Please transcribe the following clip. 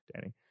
Danny